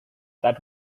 that